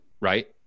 right